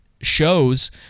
shows